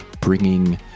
bringing